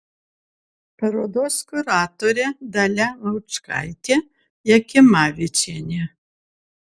parodos kuratorė dalia laučkaitė jakimavičienė